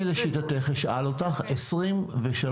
אני לשיטתך אשאל אותך: 23'